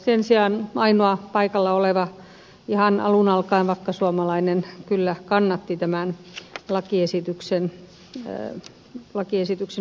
sen sijaan ainoa paikalla oleva ihan alun alkaen vakkasuomalainen kyllä kannatti tämän lakiesityksen hyväksymistä